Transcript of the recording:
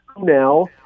now